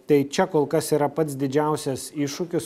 tai čia kol kas yra pats didžiausias iššūkis